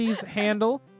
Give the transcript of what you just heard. handle